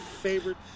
favorite